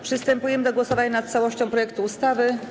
Przystępujemy do głosowania nad całością projektu ustawy.